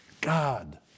God